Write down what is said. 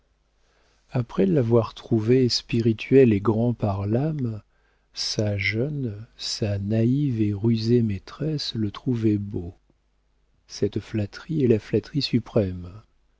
après l'avoir trouvé spirituel et grand par l'âme sa jeune sa naïve et rusée maîtresse le trouvait beau cette flatterie est la flatterie suprême